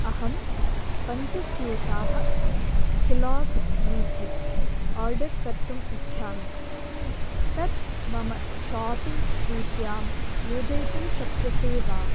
अहं पञ्चस्यूताः Kellogg's muesli order कर्तुम् इच्छामि तत् मम शापिङ्ग् सूच्यां योजयितुं शक्यसे वा